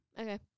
Okay